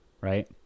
right